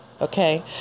okay